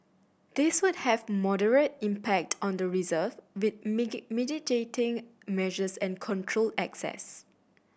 these would have moderate impact on the reserve with mitigating measures and controlled access